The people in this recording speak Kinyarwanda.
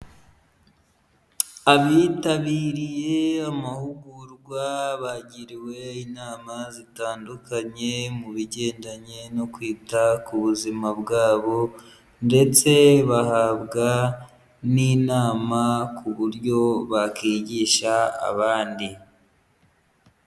Abitabiriye amahugurwa, bagiriwe inama zitandukanye mu bigendanye no kwita ku buzima bw'abo, ndetse bahabwa n'inama ku buryo bakwigisha abandi.